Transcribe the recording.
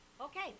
Okay